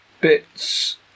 bits